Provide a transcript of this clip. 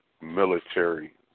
military